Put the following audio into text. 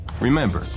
Remember